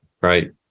right